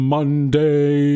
Monday